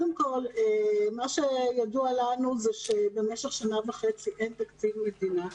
במשך שנה וחצי אין תקציב מדינה.